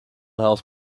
health